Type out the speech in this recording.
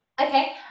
Okay